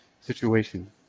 situation